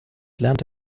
lernte